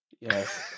Yes